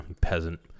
peasant